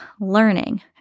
learning